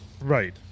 Right